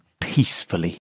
peacefully